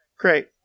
Great